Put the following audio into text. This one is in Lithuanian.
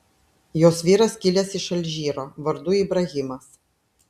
jos vyras kilęs iš alžyro vardu ibrahimas